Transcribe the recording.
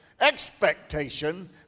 expectation